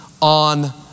on